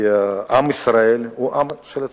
כי עם ישראל הוא עם של צבא,